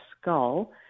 skull